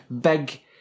big